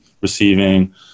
receiving